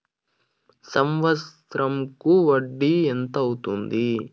సంవత్సరం కు వడ్డీ ఎంత అవుతుంది?